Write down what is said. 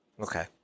Okay